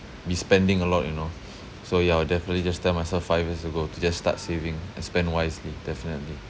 be spending a lot you know so yeah I would definitely just tell myself five years ago to just start saving and spend wisely definitely